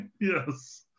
Yes